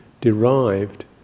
derived